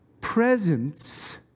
presence